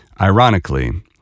Ironically